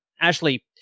Ashley